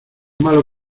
malo